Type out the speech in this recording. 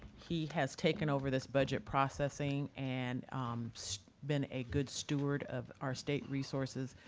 he has taken over this budget processing and um so been a good steward of our state resources,